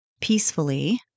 Peacefully